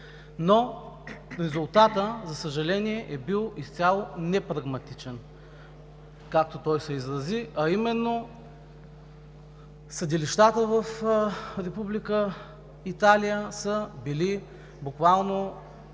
но резултатът, за съжаление, е бил изцяло непрагматичен, както той се изрази, а именно съдилищата в Република Италия са били буквално